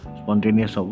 spontaneous